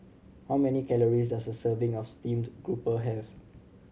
how many calories does a serving of steamed grouper have